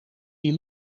die